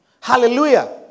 Hallelujah